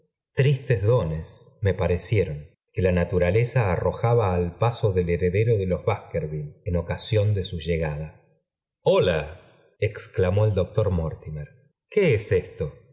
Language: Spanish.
tristes dof nes me parecieron que la naturaleza arrojaba al f paso del heredero de los baskerville en ocasión de su llegada hola exclamó el doctor mortimer qué es esto